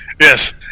Yes